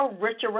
richer